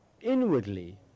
inwardly